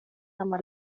sama